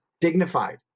dignified